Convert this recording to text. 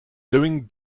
doing